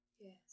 Yes